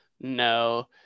No